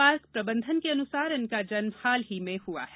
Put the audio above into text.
park प्रबंधन के अनुसार इनका जन्म हाल ही में हुआ है